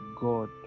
God